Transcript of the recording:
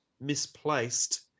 misplaced